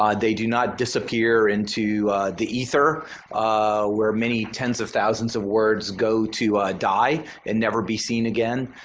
um they do not disappear into the ether where many tens of thousands of words go to die and never be seen again.